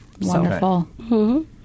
Wonderful